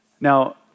Now